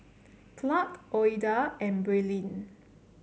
Clark Ouida and Braylen